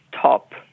top